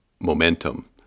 momentum